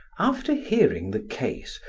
after hearing the case,